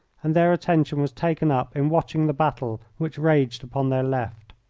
and their attention was taken up in watching the battle which raged upon their left.